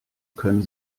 können